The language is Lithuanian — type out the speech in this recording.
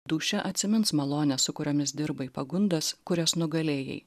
dūšia atsimins malones su kuriomis dirbai pagundas kurias nugalėjai